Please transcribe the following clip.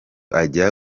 ajya